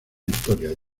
historia